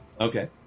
Okay